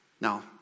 Now